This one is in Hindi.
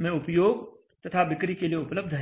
में उपयोग तथा बिक्री के लिए उपलब्ध हैं